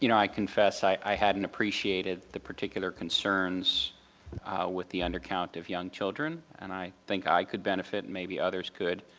you know i confess, i hadn't appreciated the particular concerns with the undercount of young children, and i think i could benefit, maybe others could,